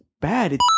bad